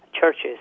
churches